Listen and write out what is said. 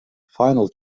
final